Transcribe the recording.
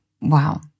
Wow